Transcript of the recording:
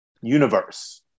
universe